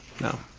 no